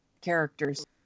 characters